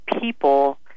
people